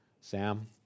Sam